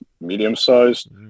medium-sized